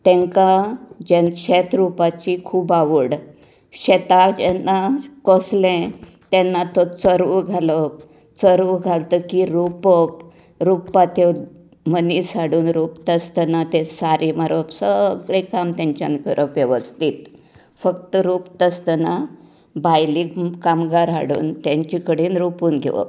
तेंका जेन्ना शेत रोवपाची खूब आवड शेतांत जेन्ना कसले तेन्ना तो चरवो घालप चरवो घालतकीर रोपप रोपपाक ते मनीस हाडून रोपता आसतना तें सारे मारप सगळें काम तेंच्यानी करप वेवस्थीत फक्त रोपता आसतना भायलें कामगार हाडून तेंचे कडेन रोपून घेवप